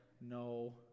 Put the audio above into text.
No